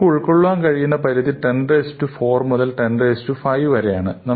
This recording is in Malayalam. നമുക്ക് ഉൾക്കൊള്ളാൻ കഴിയുന്ന പരിധി 104 മുതൽ 10 5 വരെ ആണ്